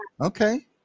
okay